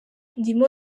ndimo